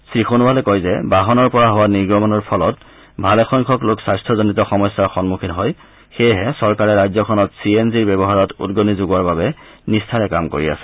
শ্ৰীসোণোৱালে কয় যে বাহনৰ পৰা হোৱা নিৰ্গমনৰ ফলত ভালেসংখ্যক লোক স্বাস্থ্যজনিত সমস্যাৰ সন্মুখীন হয় সেয়েহে চৰকাৰে ৰাজ্যখনত চি এন জিৰ ব্যৱহাৰত উদগনি যোগাৱাৰ বাবে নিষ্ঠাৰে কাম কৰি আছে